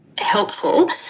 helpful